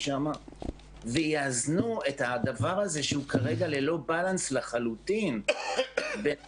שם ויאזנו את הדבר הזה שהוא כרגע ללא בלנס לחלוטין בפריפריה.